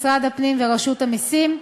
משרד הפנים ורשות המסים,